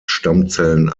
stammzellen